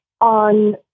on